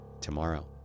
tomorrow